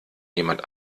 jemand